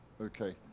okay